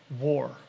war